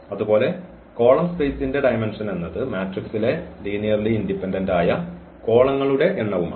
അതുപോലെ കോളം സ്പെയ്സിന്റെ ഡയമെൻഷൻ എന്നത് മാട്രിക്സിലെ ലീനിയർലി ഇൻഡിപെൻഡൻസ് ആയ കോളങ്ങളുടെ എണ്ണവും ആണ്